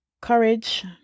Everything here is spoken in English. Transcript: courage